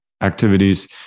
activities